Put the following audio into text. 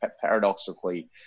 paradoxically